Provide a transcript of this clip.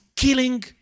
Killing